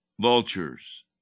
vultures